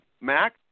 Mac